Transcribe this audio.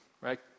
right